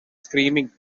screaming